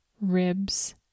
ribs